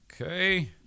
Okay